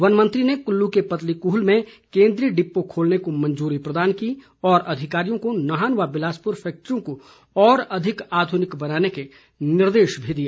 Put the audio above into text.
वनमंत्री ने कुल्लू के पतली कृहल में केन्द्रीय डिपो खोलने को मंजूरी प्रदान की और अधिकारियों को नाहन व बिलासपुर फैक्ट्रियों को और अधिक आधुनिक बनाने के निर्देश भी दिए